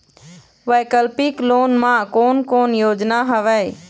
वैकल्पिक लोन मा कोन कोन योजना हवए?